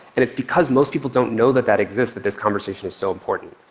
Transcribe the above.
and it's because most people don't know that that exists that this conversation is so important.